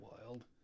wild